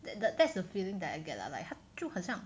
that's the that's the feeling that I get lah like 他就很像